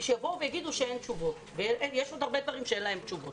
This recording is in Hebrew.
שיבואו ויגידו שאין תשובות ואכן יש עוד הרבה דברים שאין להם תשובות.